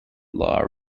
law